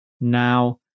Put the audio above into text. now